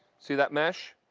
see that mesh?